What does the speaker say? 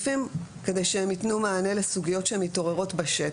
כדי שהם יתנו מענה לסוגיות שהן מתעוררות בשטח.